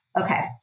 okay